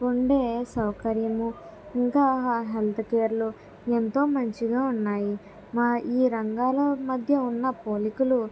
ఉండే సౌకర్యము ఇంకా హెల్త్ కేర్లు ఎంతో మంచిగా ఉన్నాయి మా ఈ రంగాల మధ్య ఉన్న పోలికలు